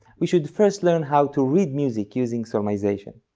we should first learn how to read music using solmization.